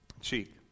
cheek